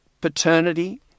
paternity